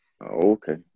Okay